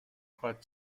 quite